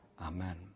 Amen